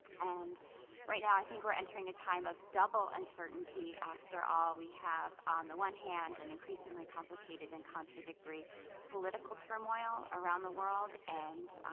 and right now i think we're entering a time of double uncertainty. after all we have on the one hand an increasingly complicated and contradictory political turmoil around the world, and